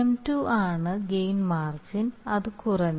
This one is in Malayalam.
GM2 ആണ് ഗെയിൻ മാർജിൻ അത് കുറഞ്ഞു